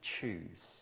choose